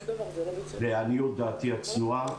לעניות דעתי הצנועה,